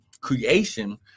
creation